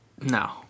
No